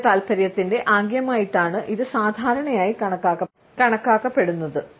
ലൈംഗിക താൽപ്പര്യത്തിന്റെ ആംഗ്യമായിട്ടാണ് ഇത് സാധാരണയായി കാണപ്പെടുന്നത്